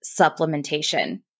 supplementation